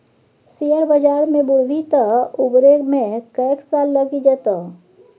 share बजार मे बुरभी तँ उबरै मे कैक साल लगि जेतौ